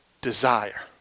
desire